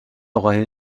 aura